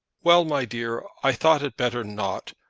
well, my dear i thought it better not.